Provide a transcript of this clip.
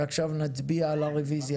ועכשיו נצביע על הרוויזיה.